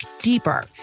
deeper